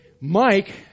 Mike